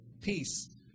peace